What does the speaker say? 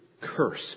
curse